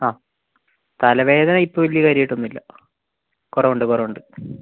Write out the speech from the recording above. ആ തലവേദന ഇപ്പം വലിയ കാര്യമായിട്ട് ഒന്നും ഇല്ല കുറവുണ്ട് കുറവുണ്ട്